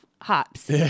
Hops